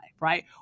right